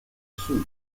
shoes